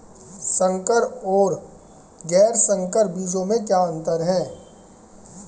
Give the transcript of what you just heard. संकर और गैर संकर बीजों में क्या अंतर है?